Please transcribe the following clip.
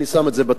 אני שם את זה בצד,